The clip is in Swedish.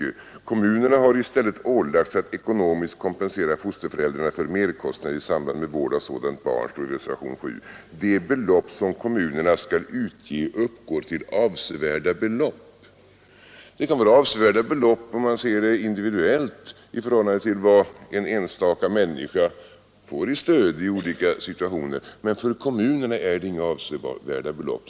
I reservation 7 står: ”Kommunerna har i stället ålagts att ekonomiskt kompensera fosterföräldrarna för merkostnader i samband med vård av sådant barn. De belopp som kommunerna skall utge uppgår till avsevärda belopp.” Det kan vara avsevärda belopp om man ser dem individuellt i förhållande till vad en enstaka människa får i stöd i olika situationer, men för kommunerna är det inga avsevärda belopp.